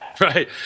right